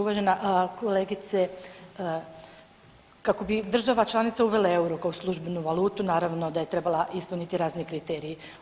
Uvažena kolegice kako bi država članica uvela euro kao službenu valutu naravno da je trebala ispuniti razne kriterije.